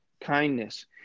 kindness